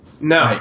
No